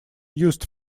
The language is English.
used